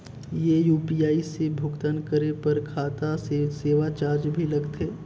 ये यू.पी.आई से भुगतान करे पर खाता से सेवा चार्ज भी लगथे?